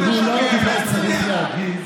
תראו, למה בכלל צריך להגיד